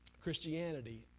Christianity